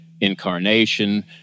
incarnation